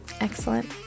Excellent